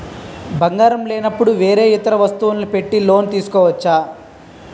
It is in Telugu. బంగారం లేనపుడు వేరే ఇతర వస్తువులు పెట్టి లోన్ తీసుకోవచ్చా?